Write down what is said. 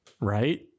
Right